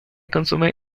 consume